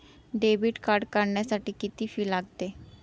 Debit card काढण्यासाठी किती fee लागते?